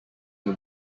new